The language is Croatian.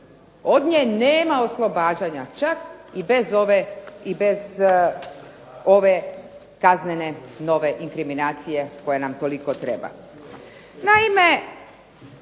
od nje nema oslobađanja čak i bez ove kaznene nove inkriminacije koja nam toliko treba.